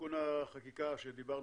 תיקון החקיקה שדיברנו.